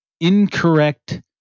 incorrect